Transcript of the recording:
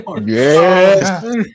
Yes